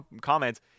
comments